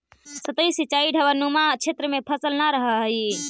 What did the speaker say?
सतही सिंचाई ढवाऊनुमा क्षेत्र में सफल न रहऽ हइ